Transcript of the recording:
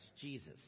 Jesus